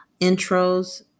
intros